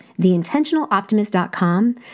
theintentionaloptimist.com